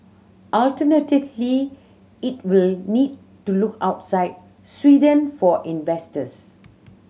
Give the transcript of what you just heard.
alternatively it will need to look outside Sweden for investors